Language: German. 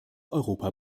europa